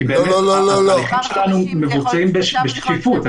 כי באמת התהליכים שלנו מבוצעים בשקיפות.